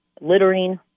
littering